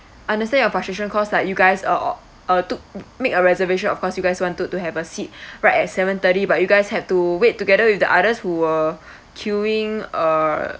I understand your frustration cause like you guys uh or uh took made a reservation of course you guys wanted to have a seat right at seven thirty but you guys have to wait together with the others who were queueing uh